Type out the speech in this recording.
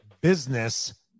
business